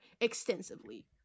extensively